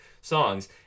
songs